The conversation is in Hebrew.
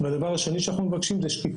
והדבר השני שאנחנו מבקשים, זו שקיפות.